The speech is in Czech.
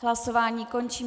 Hlasování končím.